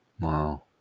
wow